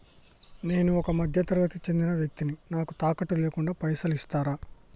నేను ఒక మధ్య తరగతి కి చెందిన వ్యక్తిని నాకు తాకట్టు లేకుండా పైసలు ఇస్తరా?